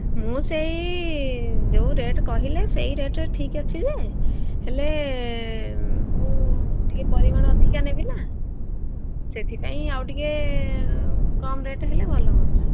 ମୁଁ ସେହି ଯେଉଁ ରେଟ୍ କହିଲେ ସେହି ରେଟ୍ ଠିକ୍ ଅଛି ଯେ ହେଲେ ମୁଁ ଟିକିଏ ପରିମାଣ ଅଧିକା ନେବି ନା ସେଥିପାଇଁ ଆଉ ଟିକିଏ କମ୍ ରେଟ୍ ହେଲେ ଭଲ ହୁଅନ୍ତା